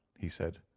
he said.